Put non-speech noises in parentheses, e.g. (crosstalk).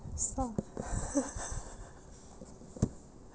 stop (laughs)